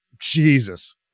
Jesus